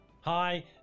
Hi